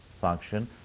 function